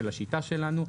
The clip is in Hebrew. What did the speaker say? של השיטה שלנו,